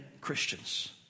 Christians